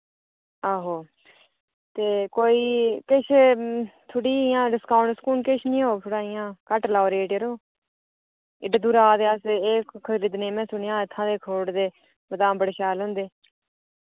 आहो ते कोई किश थोह्ड़ी जां डिस्काउंट डिस्काउंट किश निं होग इ'यां थोह्ड़ा घट्ट लाओ रेट जरो एड्डी दूरा आ दे अस खरीदने गी में सुनेआ इत्थे दे अखरोट ते बदाम बड़े शैल होंदे